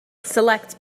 select